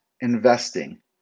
investing